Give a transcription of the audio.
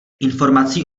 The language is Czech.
informací